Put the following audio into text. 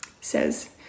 says